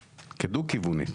כדו-כיוונית.